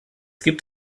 gibt